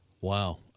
Wow